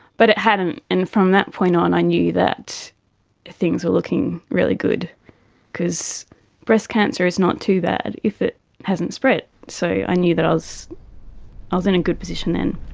but it hadn't. and from that point on i knew that things were looking really good because breast cancer is not too bad if it hasn't spread, so i knew that i was i was in a good position then.